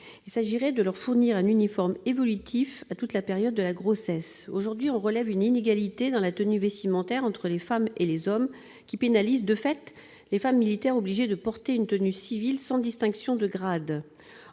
Il s'agit de leur fournir un uniforme évolutif pour toute la période de la grossesse. En effet, aujourd'hui, on relève une inégalité dans la tenue vestimentaire entre les femmes et les hommes, qui pénalise de fait les femmes militaires, obligées de porter une tenue civile sans distinction de grade.